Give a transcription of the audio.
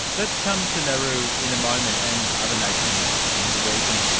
let's come to nauru in a moment and other nations in the region.